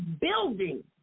building